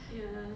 ya